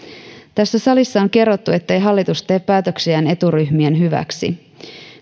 tässä salissa on kerrottu ettei hallitus tee päätöksiään eturyhmien hyväksi